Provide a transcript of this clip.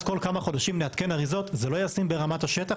כל כמה חודשים נעדכן אריזות - זה לא ישים ברמת השטח.